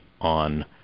on